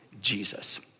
Jesus